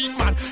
man